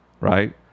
right